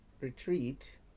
retreat